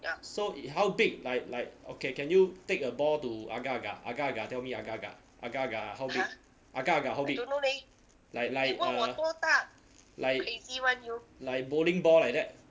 so it how big like like okay can you take a ball to agar agar agar agar tell me agar agar agar agar how big agar agar how big like like uh like like bowling ball like that